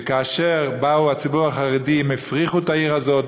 וכאשר בא הציבור החרדי הם הפריחו את העיר הזאת,